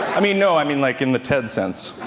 i mean no, i mean like in the ted sense?